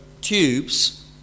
tubes